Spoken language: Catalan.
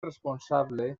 responsable